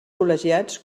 col·legiats